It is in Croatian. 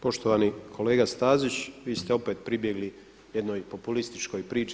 Poštovani kolega Stazić vi ste opet pribjegli jednoj populističkoj priči.